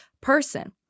person